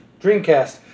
Dreamcast